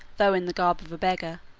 though in the garb of a beggar,